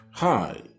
Hi